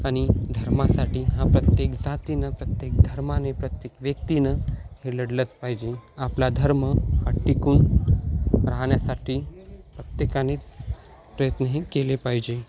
आणि धर्मासाठी हा प्रत्येक जातीनं प्रत्येक धर्माने प्रत्येक व्यक्तीनं हे लढलंच पाहिजे आपला धर्म हा टिकून राहण्यासाठी प्रत्येकानेच प्रयत्न हे केले पाहिजे